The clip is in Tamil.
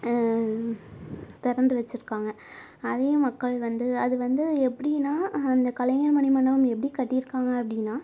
திறந்து வைச்சிருக்காங்க அதையும் மக்கள் வந்து அது வந்து எப்படினா அந்தக் கலைஞர் மணிமண்டபம் எப்படி கட்டியிருக்காங்க அப்படினா